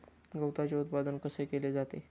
गवताचे उत्पादन कसे केले जाते?